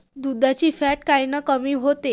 दुधाचं फॅट कायनं कमी होते?